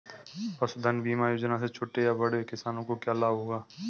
पशुधन बीमा योजना से छोटे या बड़े किसानों को क्या लाभ होगा?